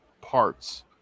Parts